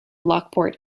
lockport